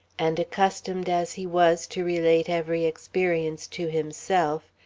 and accustomed as he was to relate every experience to himself,